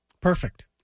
Perfect